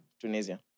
Tunisia